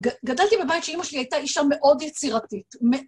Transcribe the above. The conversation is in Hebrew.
גדלתי בבית שאימא שלי הייתה אישה מאוד יצירתית.